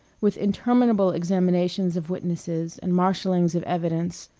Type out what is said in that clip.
with interminable examinations of witnesses and marshallings of evidence.